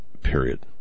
period